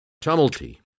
Tumulty